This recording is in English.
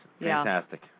Fantastic